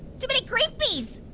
too many creepies,